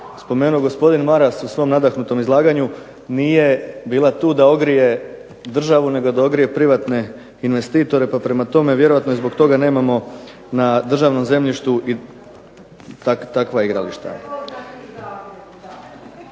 spomenuo gospodin Maras u svom nadahnutom izlaganju nije bila tu da ogrije državu, nego da ogrije privatne investitore, pa prema tome vjerojatno i zbog toga nemamo na državnom zemljištu i takva igrališta.